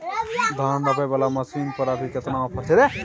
धान रोपय वाला मसीन पर अभी केतना ऑफर छै?